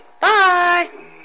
Bye